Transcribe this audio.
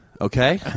Okay